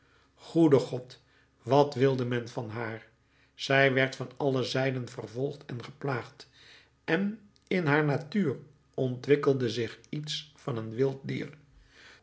goede god wat wilde men van haar zij werd van alle zijden vervolgd en geplaagd en in haar natuur ontwikkelde zich iets van een wild dier